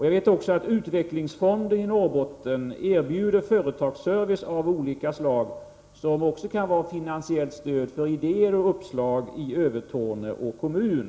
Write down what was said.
Jag vet också att utvecklingsfonden i Norr botten erbjuder företagsservice av olika slag, vilket också kan vara finansiellt Nr 91 stöd för idéer och uppslag i Övertorneå kommun.